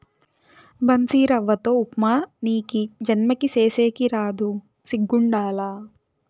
బన్సీరవ్వతో ఉప్మా నీకీ జన్మకి సేసేకి రాదు సిగ్గుండాల